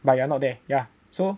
but you are not there yeah so